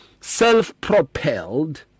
self-propelled